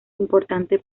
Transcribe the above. importante